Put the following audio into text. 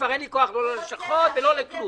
כבר אין לי כוח, לא ללשכות ולא לכלום.